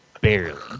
Barely